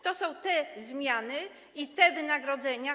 To są te zmiany i te wynagrodzenia.